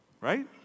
right